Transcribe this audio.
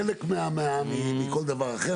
אז הוא כחלק מכל דבר אחר.